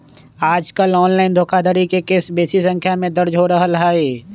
याजकाल ऑनलाइन धोखाधड़ी के केस बेशी संख्या में दर्ज हो रहल हइ